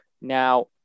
Now